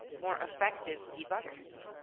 more effective debuggers.